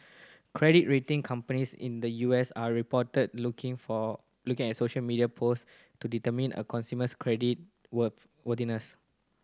credit rating companies in the U S are reported looking for looking at social media post to determine a consumer's credit worth worthiness